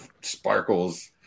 sparkles